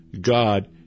God